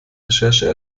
recherche